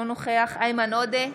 אינו נוכח איימן עודה,